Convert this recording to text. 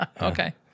Okay